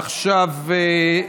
עכשיו,